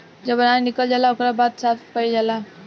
जब अनाज निकल जाला ओकरा बाद साफ़ कईल जाला